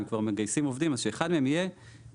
אם כבר מגייסים עובדים אז שאחד מהם יהיה כתובת.